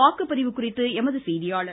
வாக்குப்பதிவு குறித்து எமது செய்தியாளர்